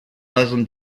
muslim